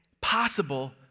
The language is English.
Possible